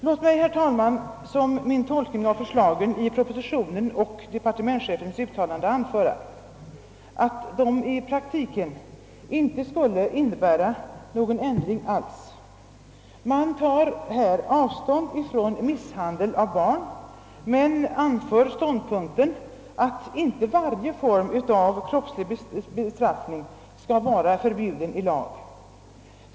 Låt mig, herr talman, som min tolkning av förslagen i propositionen och departementschefens uttalande anföra, att dessa i praktiken inte skulle innebära någon ändring alls. Man tar avstånd från misshandel av barn, men hävdar den ståndpunkten att inte varje form av kroppslig bestraffning skall vara förbjuden i lag.